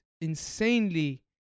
Insanely